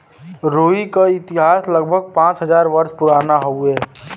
रुई क इतिहास लगभग पाँच हज़ार वर्ष पुराना हउवे